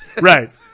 Right